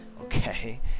okay